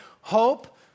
hope